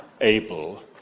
able